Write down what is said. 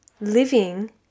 living